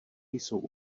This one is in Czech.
jsou